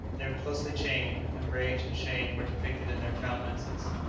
they were closely chained, and rage and shame were depicted in their countenances.